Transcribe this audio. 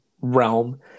realm